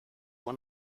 one